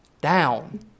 down